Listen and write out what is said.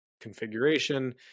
configuration